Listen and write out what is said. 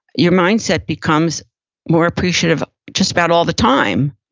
your mindset becomes more appreciative just about all the time.